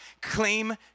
claim